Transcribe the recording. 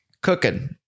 Cooking